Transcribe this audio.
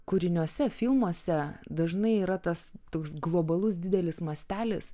kūriniuose filmuose dažnai yra tas toks globalus didelis mastelis